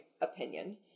opinion